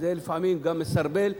זה לפעמים גם מסרבל,